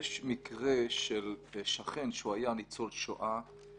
יש כאלה שבוחרים לזרוק את הפגר ברחוב.